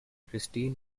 christine